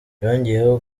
yongeyeho